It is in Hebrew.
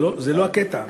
זה לא הקטע.